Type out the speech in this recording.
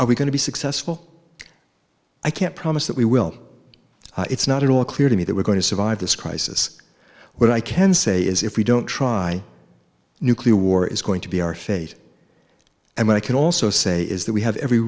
are we going to be successful i can't promise that we will it's not at all clear to me that we're going to survive this crisis what i can say is if we don't try nuclear war is going to be our fate and i can also say is that we have every